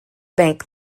bank